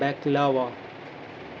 baklava